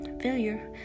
failure